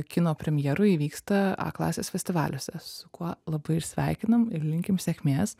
kino premjerų įvyksta a klasės festivaliuose su kuo labai ir sveikinam ir linkim sėkmės